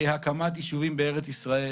ארבל וחברי יוראי להב הרצנו.